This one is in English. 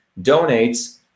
donates